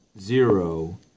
zero